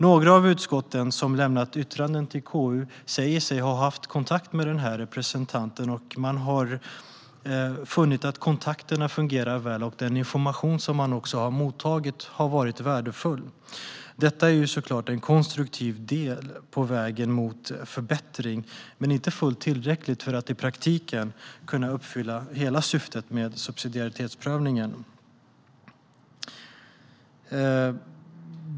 Några av utskotten som lämnat yttranden till KU säger att de har haft kontakter med riksdagens representant och funnit att kontakterna fungerar väl och att den information som de har mottagit har varit värdefull. Detta är såklart en konstruktiv del på vägen mot förbättring men inte fullt tillräcklig för att i praktiken kunna uppfylla hela syftet med subsidiaritetsprövningen.